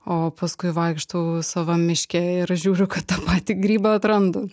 o paskui vaikštau savam miške ir žiūriu kad tą patį grybą atrandu